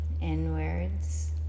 inwards